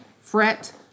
fret